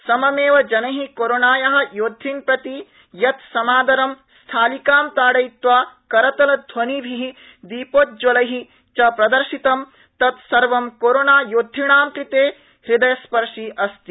सममेव जनै कोरोनाया योद्धन् प्रति यत् समादरं स्थालिकां ताडयित्वा करतलध्वनिभि दीपोज्ज्वलै च प्रदर्शितम् तत् सर्व कोरोना योद्वणां कृते हृदयस्पर्शी अस्ति